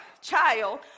child